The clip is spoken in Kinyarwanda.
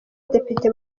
depite